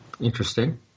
Interesting